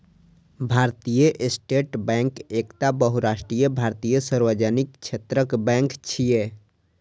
भारतीय state bank एकटा बहुराष्ट्रीय भारतीय सार्वजनिक क्षेत्रक बैंक छियै